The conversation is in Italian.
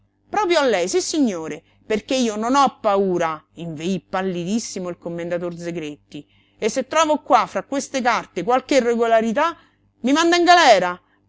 proprio a lei sissignore perché io non ho paura inveí pallidissimo il commendator zegretti e se trovo qua fra queste carte qualche irregolarità i manda in galera